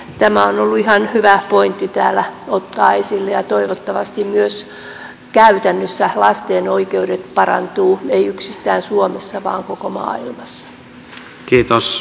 tämä on ollut ihan hyvä pointti täällä ottaa esille ja toivottavasti myös käytännössä lasten oikeudet parantuvat eivät yksistään suomessa vaan koko maailmassa